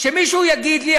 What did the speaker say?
שמישהו יגיד לי,